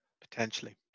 Potentially